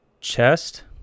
chest